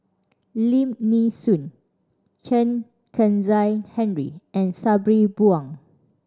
Lim Nee Soon Chen Kezhan Henri and Sabri Buang